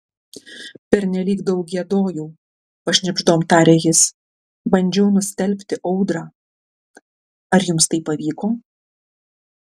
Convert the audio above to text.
pernelyg daug giedojau pašnibždom taria jis bandžiau nustelbti audrą ar jums tai pavyko